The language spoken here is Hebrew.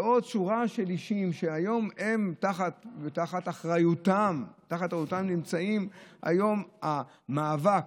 ועוד שורה של אישים שהיום תחת אחריותם נמצא היום המאבק